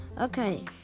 okay